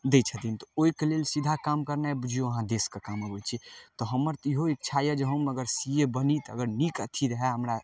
दै छथिन तऽ ओइके लेल सीधा काम करनाय बुझियौ अहाँ देशके काम अबै छै तऽ हमर तऽ इहो इच्छा यऽ जे हम अगर सी ए बनी तऽ अगर नीक अथी रहै हमरा